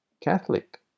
catholic